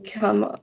come